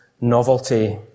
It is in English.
novelty